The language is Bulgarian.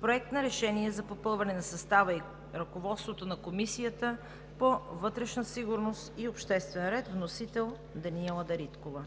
Проект на решение за попълване на състава и ръководството на Комисията по вътрешна сигурност и обществен ред. Вносител е Даниела Дариткова.